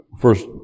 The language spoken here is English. first